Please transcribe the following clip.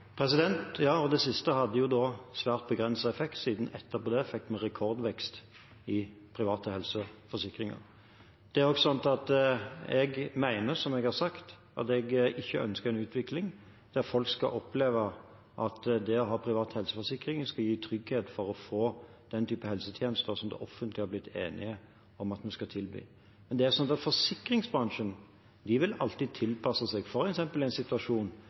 Det siste hadde jo svært begrenset effekt, siden vi etterpå fikk rekordvekst i private helseforsikringer. Jeg ønsker, som jeg har sagt, ikke en utvikling der folk opplever at det å ha private helseforsikringer skal gi trygghet for å få den type helsetjenester som det offentlige har blitt enige om at vi skal tilby. Men forsikringsbransjen vil alltid tilpasse seg. For eksempel i en situasjon